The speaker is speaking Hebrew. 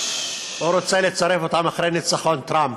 הוא רוצה לצרף אותם אחרי ניצחון טראמפ.